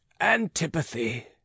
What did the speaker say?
antipathy